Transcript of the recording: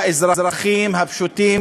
לאזרחים הפשוטים,